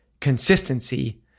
consistency